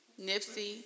Nipsey